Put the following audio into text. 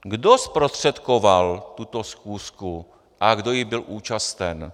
Kdo zprostředkoval tuto schůzku a kdo jí byl účasten?